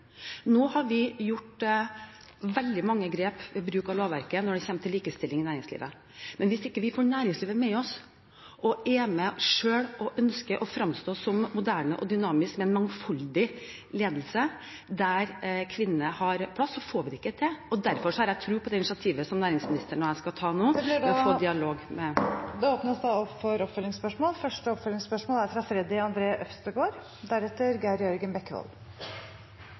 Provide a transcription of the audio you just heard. Nå har vi gjort veldig mange grep ved bruk av lovverket når det kommer til likestilling i næringslivet, men hvis vi ikke får næringslivet med oss, at de er med selv og ønsker å fremstå som moderne og dynamiske, med en mangfoldig ledelse der kvinnene har plass, så får vi det ikke til. Derfor har jeg tro på det initiativet som næringsministeren og jeg skal ta nå, og få dialog med… Freddy André Øvstegård – til oppfølgingsspørsmål.